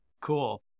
cool